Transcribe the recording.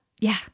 yeah